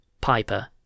Piper